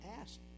asked